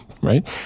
right